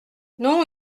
non